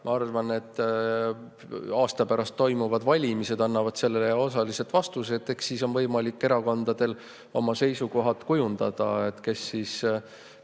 Ma arvan, et aasta pärast toimuvad valimised annavad sellele osaliselt vastuse. Siis on võimalik erakondadel oma seisukohad kujundada, kes millise